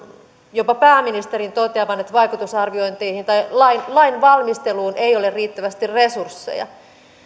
jopa pääministerin toteavan että vaikutusarviointeihin tai lainvalmisteluun ei ole riittävästi resursseja